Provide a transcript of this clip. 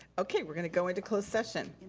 okay, we're gonna go into closed session.